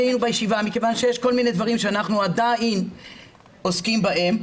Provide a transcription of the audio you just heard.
שאנחנו עדיין עוסקים בהם.